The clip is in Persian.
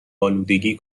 آلودگی